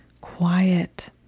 Quiet